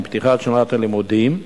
עם פתיחת שנת הלימודים,